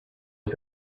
was